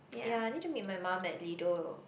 ya I need to meet my mum at Lido